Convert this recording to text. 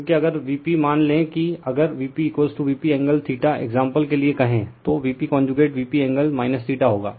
क्योंकि अगर Vp मान लें कि अगर VpVp एंगल θ एक्साम्पल के लिए कहें तो Vp कॉनजूगेट Vp एंगल θ होगा